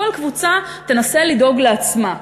כל קבוצה תנסה לדאוג לעצמה.